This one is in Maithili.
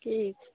ठीक